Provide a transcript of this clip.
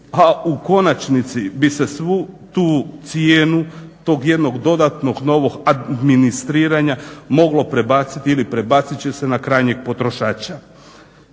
a u konačnici bi se svu tu cijenu tog jednog dodatnog novog administriranja moglo prebaciti ili prebacit će se na krajnjeg potrošača.